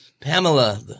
Pamela